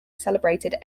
celebrated